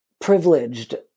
privileged